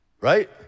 Right